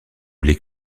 blé